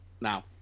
now